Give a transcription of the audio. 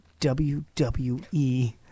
WWE